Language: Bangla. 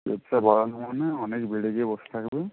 এক্সট্রা বাড়ানো মানে অনেক বেড়ে গিয়ে বসে থাকবে